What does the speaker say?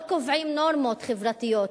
לא קובעים נורמות חברתיות,